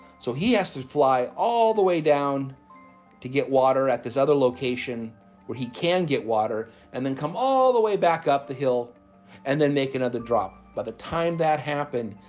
so he has to fly all the way down to get water at this other location where he can get water and then come all the way back up the hill and then make another drop. by the time that happened,